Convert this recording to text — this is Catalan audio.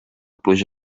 pluja